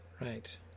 Right